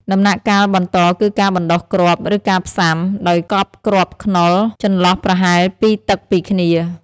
ដំណាក់កាលបន្តគឺការបណ្តុះគ្រាប់ ឬការផ្សាំ ដោយកប់គ្រាប់ខ្នុរចន្លោះប្រហែល ២ តឹកពីគ្នា។